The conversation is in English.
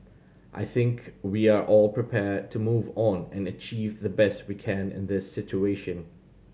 I think we are all prepared to move on and achieve the best we can in this situation